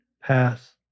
pass